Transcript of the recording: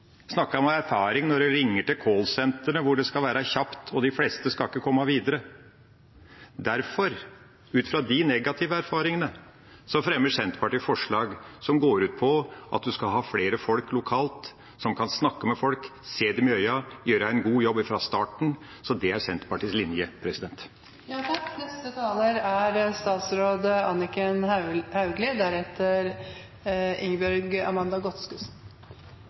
Jeg snakket ut fra erfaring når det gjelder å ringe til callsenteret, hvor det skal være kjapt, og de fleste skal ikke komme videre. Derfor, ut fra de negative erfaringene, fremmer Senterpartiet forslag som går ut på at man skal ha flere folk lokalt som kan snakke med folk, se dem i øynene og gjøre en god jobb ifra starten. Det er Senterpartiets linje.